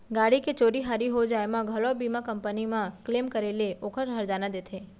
गाड़ी के चोरी हारी हो जाय म घलौ बीमा कंपनी म क्लेम करे ले ओकर हरजाना देथे